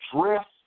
dress